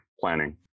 planning